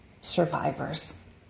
survivors